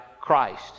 Christ